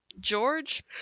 George